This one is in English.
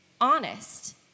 honest